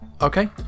okay